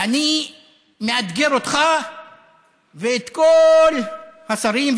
אני מאתגר אותך ואת כל השרים,